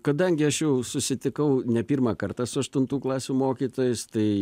kadangi aš jau susitikau ne pirmą kartą su aštuntų klasių mokytojais tai